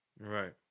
Right